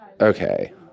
Okay